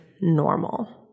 normal